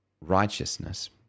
righteousness